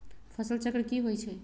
फसल चक्र की होइ छई?